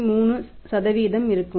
3 இருக்கும்